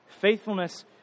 Faithfulness